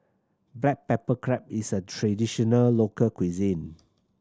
black pepper crab is a traditional local cuisine